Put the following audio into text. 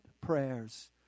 prayers